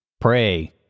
Pray